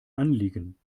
anliegen